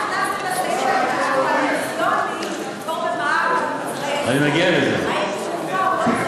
הפנסיוני פטור ממע"מ על מוצרי יסוד?